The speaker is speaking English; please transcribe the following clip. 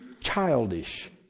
childish